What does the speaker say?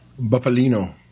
Buffalino